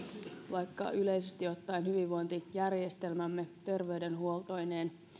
vaikka yleisesti ottaen hyvinvointijärjestelmämme terveydenhuoltoineen